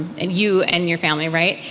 and you and your family, right,